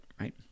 right